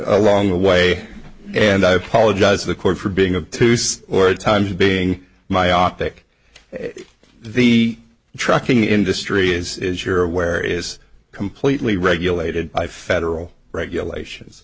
along the way and i apologize to the court for being a truce or at times being myopic the trucking industry is as you're aware is completely regulated by federal regulations